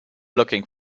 looking